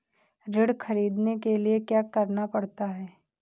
ऋण ख़रीदने के लिए क्या करना पड़ता है?